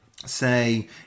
say